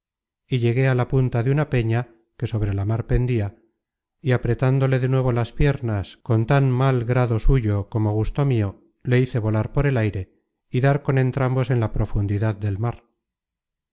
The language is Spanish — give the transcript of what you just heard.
y llegué á la punta de una peña que sobre la mar pendia y apretándole de nuevo las piernas con tan mal grado suyo como gusto mio le hice volar por el aire y dar con entrambos en la profundidad del mar